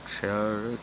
share